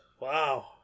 Wow